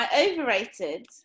overrated